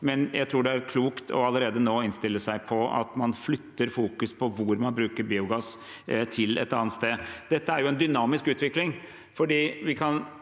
men jeg tror det er klokt allerede nå å innstille seg på at fokus for hvor man bruker biogass, flyttes et annet sted. Dette er en dynamisk utvikling.